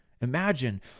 Imagine